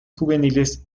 juveniles